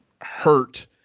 hurt